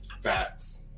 Facts